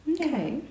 okay